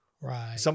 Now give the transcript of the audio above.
Right